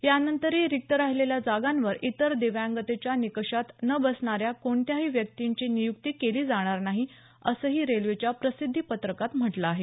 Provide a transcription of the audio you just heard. यानंतरही रिक्त राहिलेल्या जागांवर इतर दिव्यांगतेच्या निकषात न बसणाऱ्या कोणत्याही व्यक्तींची नियुक्ती केली जाणार नाही असंही रेल्वेच्या प्रसिद्धीपत्रकात म्हटलं आहे